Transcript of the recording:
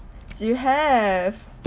you have